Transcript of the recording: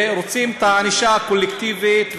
ורוצים ענישה קולקטיבית,